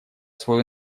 свою